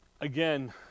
again